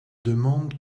demande